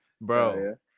Bro